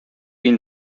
been